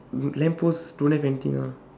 la~ lamp post don't have anything ah